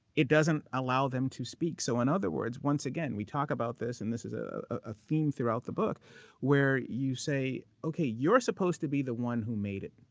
it doesn't allow them to speak. so in other words, once again, we talk about this, and this is a ah theme throughout the book where you say, okay, you're supposed to be the one who made it.